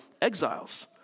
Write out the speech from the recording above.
exiles